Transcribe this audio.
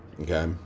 okay